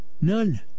None